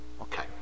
Okay